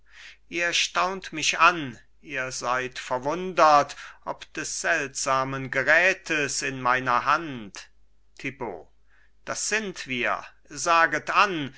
ihr staunt mich an ihr seid verwundert ob des seltsamen gerätes in meiner hand thibaut das sind wir saget an